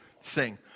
sing